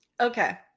Okay